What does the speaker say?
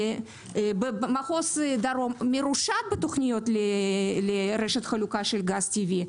במחוז דרום מרושת בתוכניות לרשת חלוקה של גז טבעי.